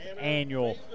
annual